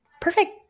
Perfect